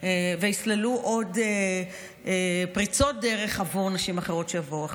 ויסללו עוד פריצות דרך עבור נשים אחרות שיבואו אחריהן.